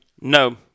No